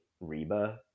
Reba